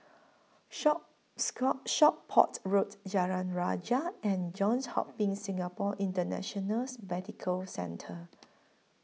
Shop SCORE Shop Port Road Jalan Rajah and Johns Hopkins Singapore Internationals Medical Centre